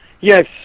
Yes